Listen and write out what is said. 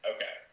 Okay